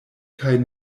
kaj